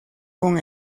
con